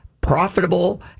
profitable